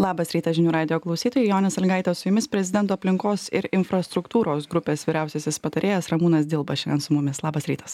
labas rytas žinių radijo klausytojai jonė sąlygaitė su jumis prezidento aplinkos ir infrastruktūros grupės vyriausiasis patarėjas ramūnas dilba šiandien su mumis labas rytas